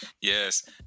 Yes